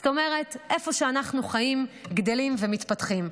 זאת אומרת, איפה שאנחנו חיים, גדלים ומתפתחים.